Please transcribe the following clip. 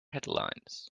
headlines